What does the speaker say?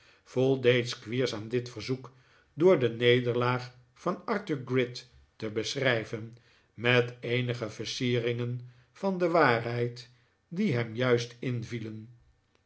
vpldeed squeers aan dit verzoek dppr de nederlaag van arthur gride te beschrijven met eenige versieringen van de waarheid die hem juist invielen